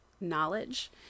knowledge